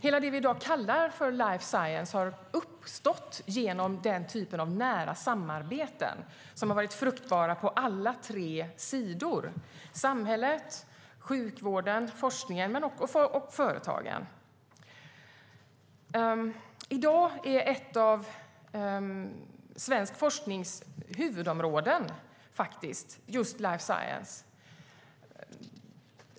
Det som vi i dag kallar life science har uppstått genom den typen av nära samarbeten, vilka varit fruktbara på alla tre sidor - samhället, sjukvården och forskningen samt företagen. I dag är ett av svensk forsknings huvudområden just life science.